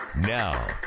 Now